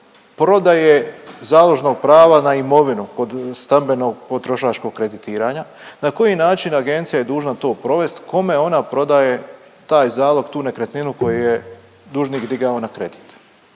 prodaje založnog prava na imovinu kod stambenom potrošačkog kreditiranja, na koji način agencija je dužna to provesti, kome ona prodaje taj zalog, tu nekretninu koju je dužnik digao na kredit.